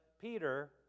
Peter